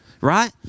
Right